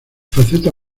faceta